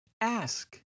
ask